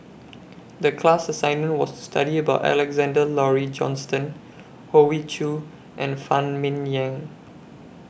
The class assignment was to study about Alexander Laurie Johnston Hoey Choo and Phan Ming Yen